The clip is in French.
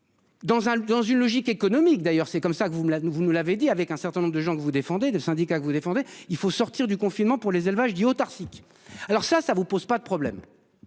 dans une logique économique, d'ailleurs c'est comme ça que vous me là nous vous nous l'avez dit, avec un certain nombre de gens que vous défendez de syndicats que vous défendez. Il faut sortir du confinement pour les élevages dit autarcique. Alors ça, ça vous pose pas de problème.